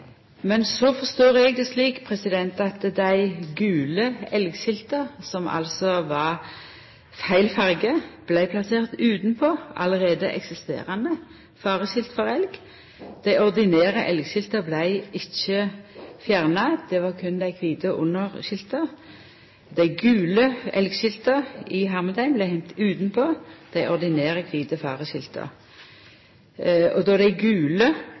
Men så forstår eg det slik at dei gule elgskilta, som altså var i feil farge, vart plasserte utanpå allereie eksisterande fareskilt for elg. Dei ordinære elgskilta vart ikkje fjerna, det var berre dei kvite underskilta. Dei gule «elgskilta» vart hengde utanpå dei ordinære kvite fareskilta, og då dei gule vart tekne ned, kom dei ordinære fareskilta fram igjen, og